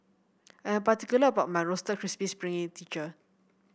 I am particular about my Roasted Crispy